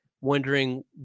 wondering